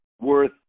worth